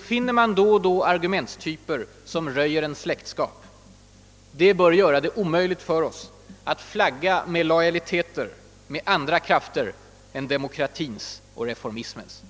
finner man då och då argumenttyper som röjer en släktskap. Det bör göra det omöjligt för oss att flagga med lojaliteter med andra krafter än demokratins och reformismens.